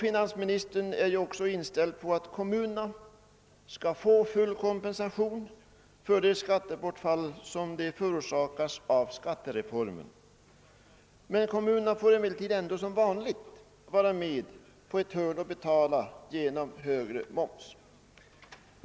Finansministern är också inställd på att kommunerna skall ha full kompensation för det skattebortfall som förorsakas av skattereformen. Kommunerna får som vanligt ändå vara med och betala genom högre moms.